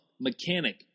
mechanic